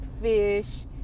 fish